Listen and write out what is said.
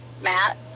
Matt